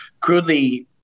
crudely